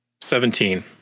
Seventeen